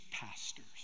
pastors